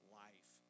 life